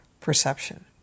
perception